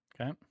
Okay